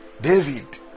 david